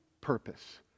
purpose